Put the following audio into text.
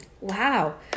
Wow